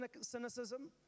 cynicism